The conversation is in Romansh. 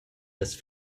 las